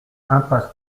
impasse